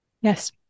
Yes